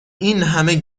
اینهمه